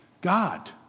God